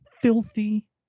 filthy